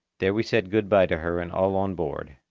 there we said good-bye to her and all on board,